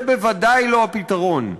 זה בוודאי לא הפתרון.